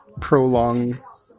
prolong